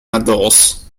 outdoors